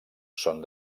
són